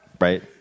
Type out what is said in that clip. Right